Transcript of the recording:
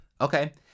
Okay